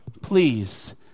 please